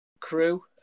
crew